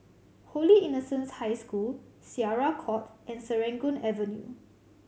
Holy Innocents' High School Syariah Court and Serangoon Avenue